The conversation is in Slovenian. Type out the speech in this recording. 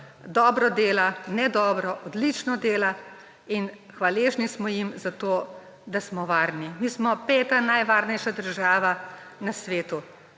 dobro dela, ne dobro – odlično dela, in hvaležni smo jim za to, da smo varni. Mi smo peta najvarnejša država na svetu.